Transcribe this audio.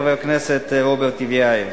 חבר הכנסת רוברט טיבייב.